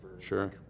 Sure